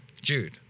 Jude